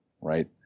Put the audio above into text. right